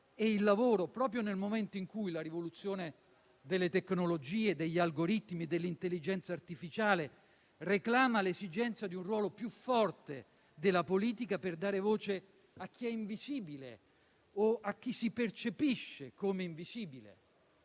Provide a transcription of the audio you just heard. e il lavoro proprio nel momento in cui la rivoluzione delle tecnologie, degli algoritmi, dell'intelligenza artificiale reclama l'esigenza di un ruolo più forte della politica per dare voce a chi è invisibile o a chi si percepisce come invisibile.